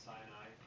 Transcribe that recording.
Sinai